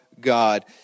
God